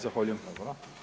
Zahvaljujem.